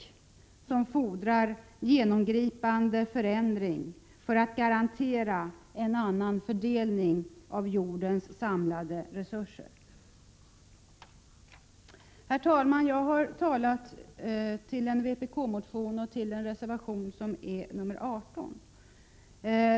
Det fordras en genomgripande förändring för att garantera en annan fördelning av jordens samlade resurser. Herr talman! Jag har talat kring en vpk-motion och en reservation, nr 18.